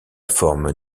forme